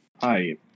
Hi